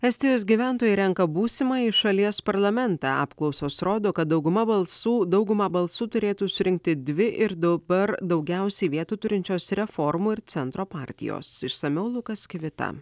estijos gyventojai renka būsimąjį šalies parlamentą apklausos rodo kad dauguma balsų daugumą balsų turėtų surinkti dvi ir dabar daugiausiai vietų turinčios reformų ir centro partijos išsamiau lukas kvita